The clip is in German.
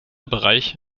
bereich